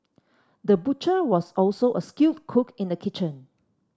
the butcher was also a skilled cook in the kitchen